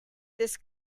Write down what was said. this